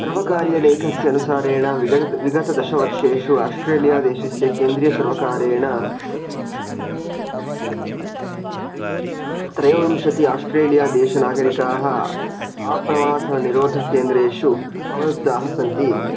सर्वकारीयलेखस्य अनुसारेण विगताः विगतदशवर्षेषु आश्ट्रेलिया देशस्य केन्द्रीयसर्वकारेण त्रयोविंशतिः आश्ट्रेलिया देशनागरिकाः आप्रवासनिरोधकेन्द्रेषु अवरुद्धाः सन्ति इति